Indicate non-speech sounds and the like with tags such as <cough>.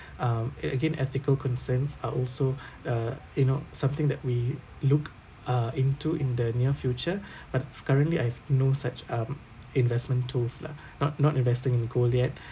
um eh again ethical concerns are also <breath> uh you know something that we look uh into in the near future <breath> but currently I have no such um investment tools lah not not investing in gold yet <breath>